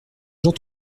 jour